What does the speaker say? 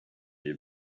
that